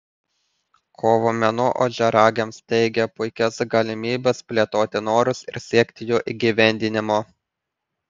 kovo mėnuo ožiaragiams teigia puikias galimybes plėtoti norus ir siekti jų įgyvendinimo